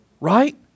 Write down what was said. right